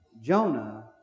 Jonah